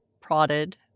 prodded